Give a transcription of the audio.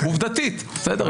עובדתית, בסדר?